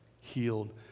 Healed